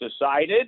decided